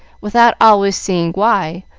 without always seeing why,